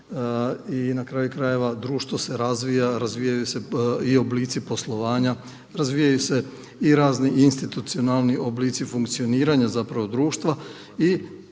i na kraju krajeva društvo se razvija, razvijaju se i oblici poslovanja, razvijaju se i razni institucionalni oblici funkcioniranja zapravo društva.